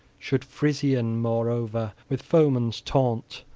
should frisian, moreover, with foeman's taunt,